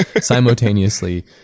simultaneously